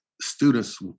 students